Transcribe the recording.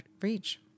reach